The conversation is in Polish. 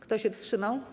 Kto się wstrzymał?